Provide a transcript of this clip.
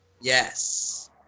Yes